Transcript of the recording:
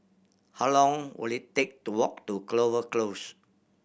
how long will it take to walk to Clover Close